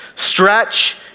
stretch